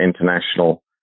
international